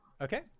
Okay